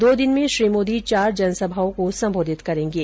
दो दिन में श्री मोदी चार जनसभाओं को संबोधित करेंगे